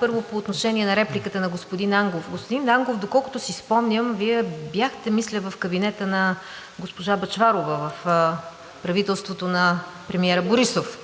Първо, по отношение на репликата на господин Ангов. Господин Ангов, доколкото си спомням, Вие бяхте, мисля, в кабинета на госпожа Бъчварова, в правителството на премиера Борисов.